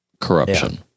corruption